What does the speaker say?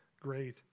great